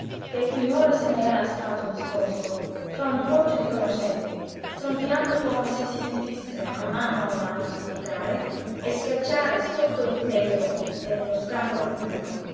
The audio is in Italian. che finora se ne era stato discosto tra un crocchio di conoscenti stronfiando come se si sentisse a mano a mano soffocare e schiacciare sotto il peso dello scandalo pubblico